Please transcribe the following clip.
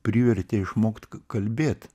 privertė išmokt kalbėt